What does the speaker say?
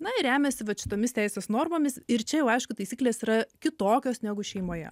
na ir remiasi vat šitomis teisės normomis ir čia jau aišku taisyklės yra kitokios negu šeimoje